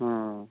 हाँ